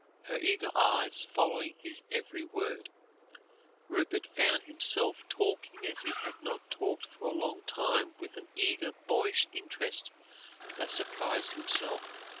her eager eyes following his every word rupert found himself talking as he had not talked for a long time with an eager boyish interest that surprised himself.